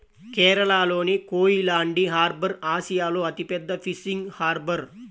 కేరళలోని కోయిలాండి హార్బర్ ఆసియాలో అతిపెద్ద ఫిషింగ్ హార్బర్